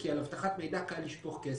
כי על אבטחת מידע קל לשפוך כסף.